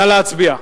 נא להצביע.